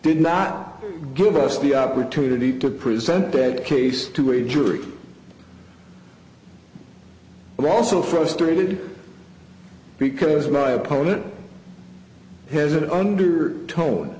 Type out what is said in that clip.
did not give us the opportunity to present dead case to a jury but also frustrated because my opponent has it under tone